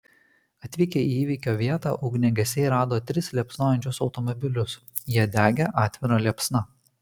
atvykę į įvykio vietą ugniagesiai rado tris liepsnojančius automobilius jie degė atvira liepsna